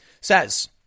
says